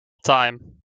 time